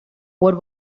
what